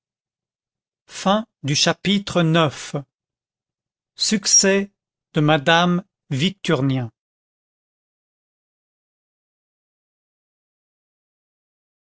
chapitre ix succès de madame victurnien